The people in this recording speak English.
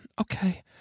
okay